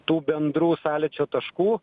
tų bendrų sąlyčio taškų